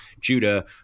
Judah